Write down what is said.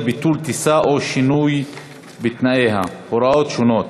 ביטול טיסה או שינוי בתנאיה) (הוראות שונות),